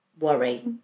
Worry